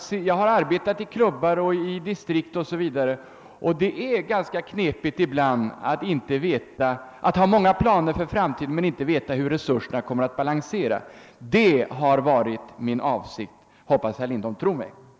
Jag har arbetat i klubbar, distrikt 0. s. v., och jag vet att det ofta är knepigt att göra upp planer för framtiden när man inte kan avgöra hur det ställer sig med de ekonomiska resurserna. Detta är avsikten med reservationen 1. Jag hoppas att herr Lindholm tror mig på den punkten.